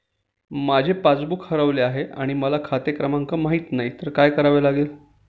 माझे पासबूक हरवले आहे आणि मला खाते क्रमांक माहित नाही तर काय करावे लागेल?